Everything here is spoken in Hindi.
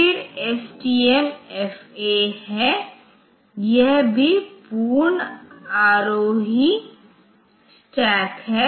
फिर एसटीएमएफए है यह भी पूर्ण आरोही स्टैकहै